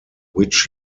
which